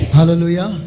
Hallelujah